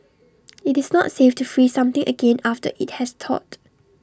IT is not safe to freeze something again after IT has thawed